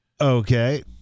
Okay